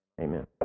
Amen